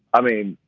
i mean,